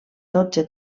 dotze